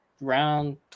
round